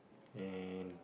and